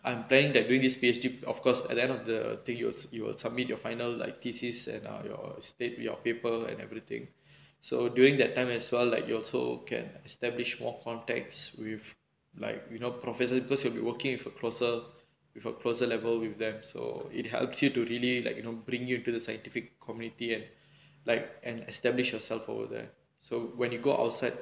I'm planning that during this P_H_D of course at the end of the thing you will you will submit your final like thesis and are your state your paper and everything so during that time as well like you also can establish more contacts with like you know professor because you will be working with a closer with a closer level with them so it helps you to really like you know bring you to the scientific community and like an established yourself over there so when you go outside